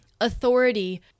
authority